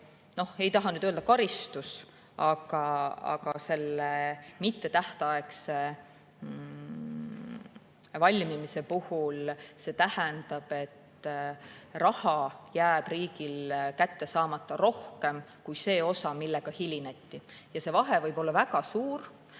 Ei taha nüüd öelda, et see on karistus, aga mittetähtaegse valmimise puhul see tähendab, et raha jääb riigil kätte saamata rohkem kui see osa, millega hilineti. Ja see vahe võib olla väga suur,